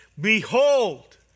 Behold